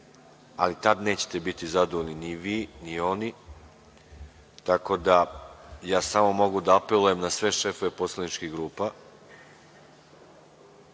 ali tad nećete biti zadovoljni ni vi, ni oni. Ja samo mogu da apelujem na sve šefove poslaničkih grupa